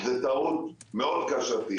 זו תהיה טעות מאוד קשה.